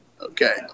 Okay